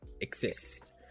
exist